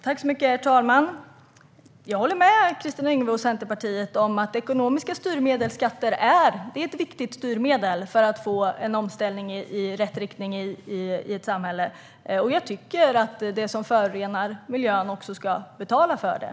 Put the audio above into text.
Herr talman! Jag håller med Kristina Yngwe och Centerpartiet om att ekonomiska styrmedel och skatter är ett viktigt styrmedel för att få en omställning i rätt riktning i ett samhälle. Jag tycker att den som förorenar miljön ska betala för det.